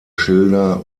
schilder